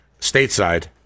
stateside